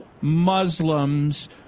Muslims